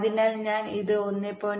അതിനാൽ ഞാൻ ഇത് 1